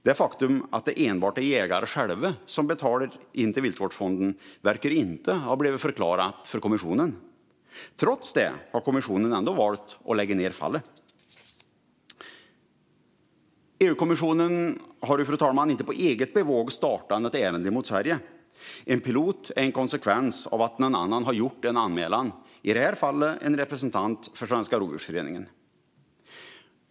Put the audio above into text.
Det faktum att det enbart är jägarna själva som betalar till Viltvårdsfonden verkar inte har blivit förklarat för kommissionen. Trots det har kommissionen valt att lägga ned fallet. Fru talman! EU-kommissionen har inte på eget bevåg startat ett ärende mot Sverige. En pilot är en konsekvens av att någon annan har gjort en anmälan, i detta fall en representant för Svenska Rovdjursföreningen.